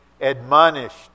admonished